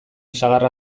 sagarra